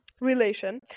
relation